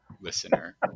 listener